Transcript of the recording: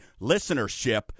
listenership